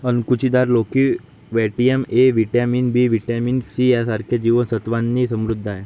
अणकुचीदार लोकी vitamin A, vitamin B, vitamin C यांसारख्या जीवन सत्त्वांनी समृद्ध आहे